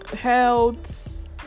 health